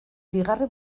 bigarren